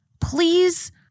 please